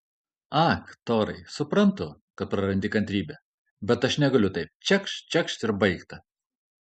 ak torai suprantu kad prarandi kantrybę bet aš negaliu taip čekšt čekšt ir baigta